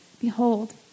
Behold